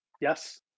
Yes